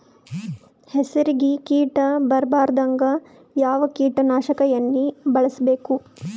ಹೆಸರಿಗಿ ಕೀಟ ಬರಲಾರದಂಗ ಯಾವ ಕೀಟನಾಶಕ ಎಣ್ಣಿಬಳಸಬೇಕು?